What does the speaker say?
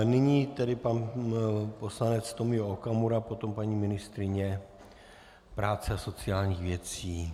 Nyní tedy pan poslanec Tomio Okamura, potom paní ministryně práce a sociálních věcí.